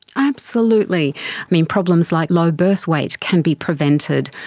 absolutely. i mean, problems like low birth weight can be prevented.